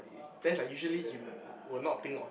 then it's like usually you will not think of